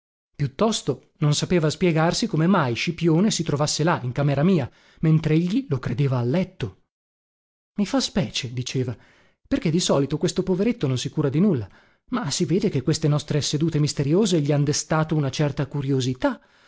piuttosto non sapeva spiegarsi come mai scipione si trovasse là in camera mia mentregli lo credeva a letto i fa specie diceva perché di solito questo poveretto non si cura di nulla ma si vede che queste nostre sedute misteriose gli han destato una certa curiosità